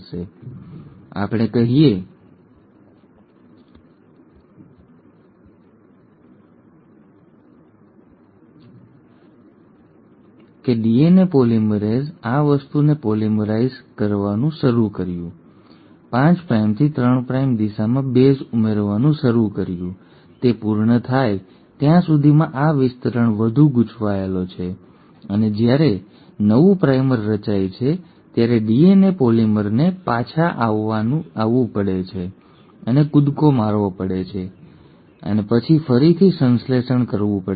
તો ચાલો આપણે કહીએ કે ડીએનએ પોલિમરેઝે આ વસ્તુને પોલિમરાઇઝ કરવાનું શરૂ કર્યું 5 પ્રાઇમથી 3 પ્રાઇમ દિશામાં બેઝ ઉમેરવાનું શરૂ કર્યું તે પૂર્ણ થાય ત્યાં સુધીમાં આ વિસ્તાર વધુ ગૂંચવાયેલો છે અને જ્યારે નવું પ્રાઇમર રચાય છે ત્યારે ડીએનએ પોલિમરને પાછા આવવું પડે છે અને કૂદકો મારવો પડે છે અને પછી ફરીથી સંશ્લેષણ કરવું પડે છે